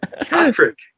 Patrick